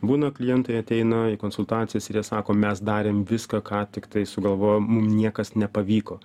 būna klientai ateina į konsultacijas ir jie sako mes darėm viską ką tiktai sugalvojom mum niekas nepavyko